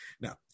now